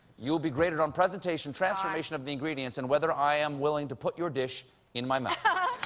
you will be graded on presentation, transformation of the ingredients, and whether i am willing to put your dish in my mouth.